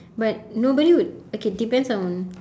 but nobody would okay depends on